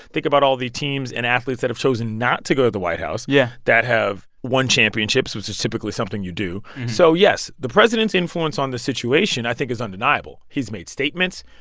think about all the teams and athletes that have chosen not to go to the white house. yeah. that have won championships, which is typically something you do so yes. the president's influence on the situation, i think, is undeniable. he's made statements.